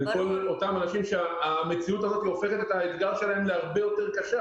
לכל אותם אנשים שהמציאות הזאת הופכת את האתגר שלהם להרבה יותר קשה.